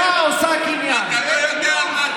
כי פשרה עושה קניין, אתה לא יודע על מה אתה מדבר.